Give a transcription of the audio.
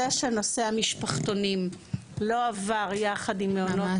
זה שנושא המשפחתונים לא עבר יחד עם מעונות